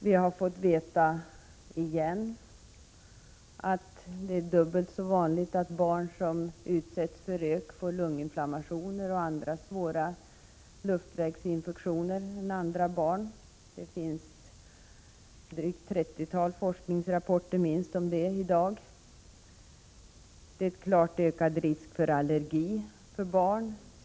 Vi har igen fått veta att det är dubbelt så vanligt att barn som utsätts för rök får lunginflammation och andra luftvägsinfektioner. Det finns drygt 30 forskningsrapporter om det i dag. Det är också en klart ökad risk för allergier för barn som utsätts för tobaksrök.